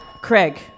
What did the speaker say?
Craig